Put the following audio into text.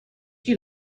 you